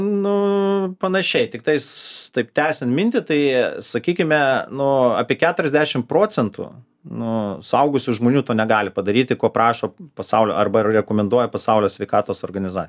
nu panašiai tiktais taip tęsiant mintį tai sakykime nu apie keturiasdešim procentų nu suaugusių žmonių to negali padaryti ko prašo pasaulio arba rekomenduoja pasaulio sveikatos organiza